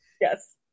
Yes